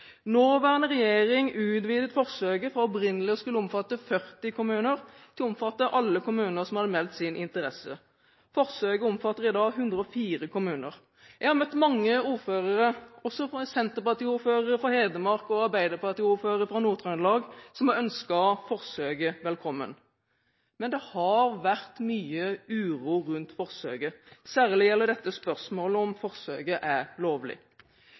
Nåværende regjering utvidet forsøket fra opprinnelig til å skulle omfatte 40 kommuner til å omfatte alle kommuner som hadde meldt sin interesse. Forsøket omfatter i dag 104 kommuner. Jeg har møtt mange ordførere, også Senterparti-ordførere fra Hedmark og Arbeiderparti-ordførere fra Nord-Trøndelag, som har ønsket forsøket velkommen. Men det har vært mye uro rundt forsøket, særlig gjelder dette spørsmålet om hvorvidt forsøket er lovlig.